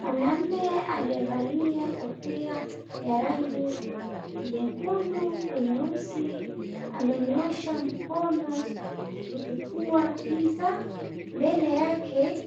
Mwanaume aliyevalia kofia ya rangi nyekundu kwa nyeusi amenyoosha mkono kuchukua pizza , mbele yake